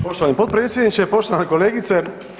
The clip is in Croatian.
Poštovani potpredsjedniče, poštovana kolegice.